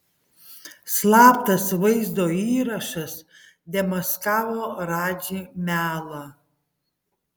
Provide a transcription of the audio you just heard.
slaptas vaizdo įrašas demaskavo radži melą